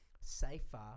safer